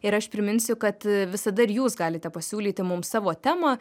ir aš priminsiu kad visada ir jūs galite pasiūlyti mums savo temą